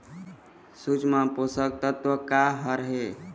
सूक्ष्म पोषक तत्व का हर हे?